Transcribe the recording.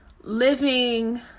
living